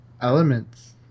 elements